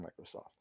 microsoft